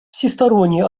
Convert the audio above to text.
всесторонне